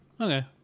Okay